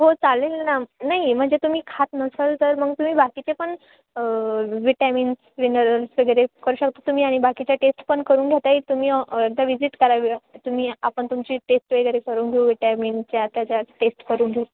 हो चालेल ना नाही म्हणजे तुम्ही खात नसाल तर मग तुम्ही बाकीचे पण विटॅमिन्स मिनरल्स वगैरे करू शकता तुम्ही आणि बाकीच्या टेस्ट पण करून घ्या ताई तुम्ही एकदा विजिट करावी तुम्ही आपण तुमची टेस्ट वगैरे करून घेऊ विटॅमिनच्या त्याच्या टेस्ट करून घेऊ